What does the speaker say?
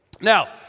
now